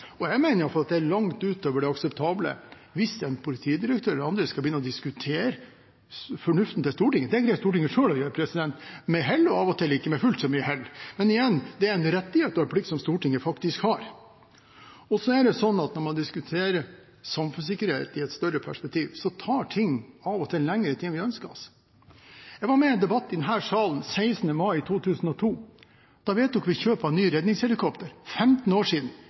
sagt. Jeg mener i alle fall at det er langt utover det akseptable hvis en politidirektør og andre begynner å diskutere fornuften i Stortinget. Det greier Stortinget selv å gjøre med hell – og av og til ikke med fullt så mye hell. Men igjen: Det er en rett og plikt som Stortinget faktisk har. Så er det sånn at når man diskuterer samfunnssikkerhet i et større perspektiv, tar det av og til lengre tid enn vi ønsker. Jeg var med i en debatt i denne salen den 16. mai 2002. Da vedtok vi kjøp av nye redningshelikopter – 15 år siden.